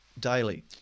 daily